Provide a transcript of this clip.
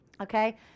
okay